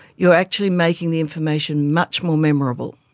you're actually making the information much more memorable.